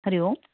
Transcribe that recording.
Hari Om